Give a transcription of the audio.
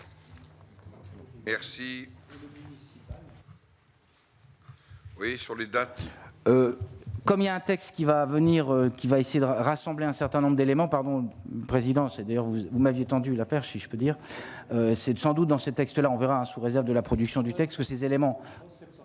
Merci. Oui, sur les dates. Comme il y a un texte qui va venir qui va essayer de rassembler un certain nombre d'éléments, pardon, président, c'est d'ailleurs, vous m'aviez tendu la perche, si je peux dire, c'est sans doute dans ces textes là, on verra, sous réserve de la production du texte que ces éléments